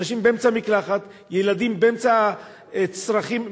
אנשים באמצע מקלחת, ילדים באמצע צרכים מינימליים.